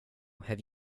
have